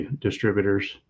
distributors